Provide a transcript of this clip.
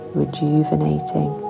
rejuvenating